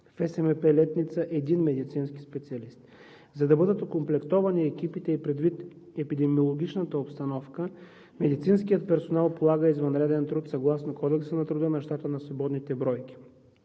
в ФСМП – Летница, един медицински специалист. За да бъдат окомплектовани екипите и предвид епидемиологичната обстановка, медицинският персонал полага извънреден труд съгласно Кодекса на труда на щата на свободните бройки.